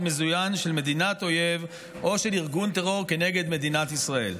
מזוין של מדינת אויב או של ארגון טרור כנגד מדינת ישראל.